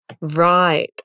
Right